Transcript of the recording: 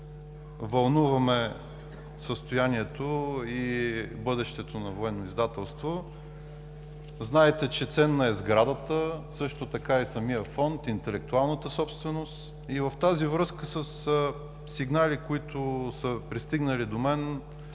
Вълнува ме състоянието и бъдещето на „Военно издателство“. Знаете, че сградата е ценна, също така и самият фонд, интелектуалната собственост. В тази връзка със сигнали, които са пристигнали до мен,